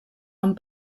amb